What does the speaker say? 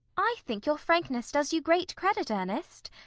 i think your frankness does you great credit, ernest.